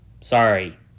Sorry